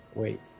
wait